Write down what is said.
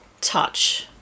touch